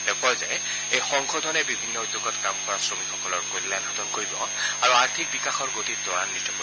তেওঁ কয় যে এই সংশোধনে বিভিন্ন উদ্যোগত কাম কৰা শ্ৰমিকসকলৰ কল্যাণ সাধন কৰিব আৰু আৰ্থিক বিকাশৰ গতি তৰাৱিত কৰিব